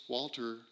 Walter